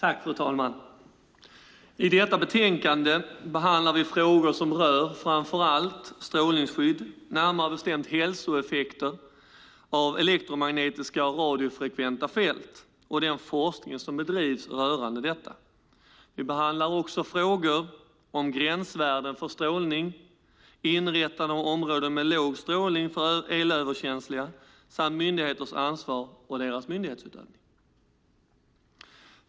Fru talman! I detta betänkande behandlar vi frågor som rör framför allt strålningsskydd, närmare bestämt hälsoeffekter av elektromagnetiska och radiofrekventa fält och den forskning som bedrivs rörande detta. Vi behandlar också frågor om gränsvärden för strålning, inrättande av områden med låg strålning för elöverkänsliga samt myndigheters ansvar och deras myndighetsutövning.